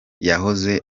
yahoze